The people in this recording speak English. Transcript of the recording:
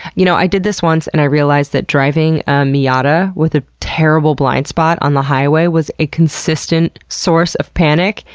you know i did this once, and i realized that driving a miata with a terrible blind spot on the highway was a consistent source of panic,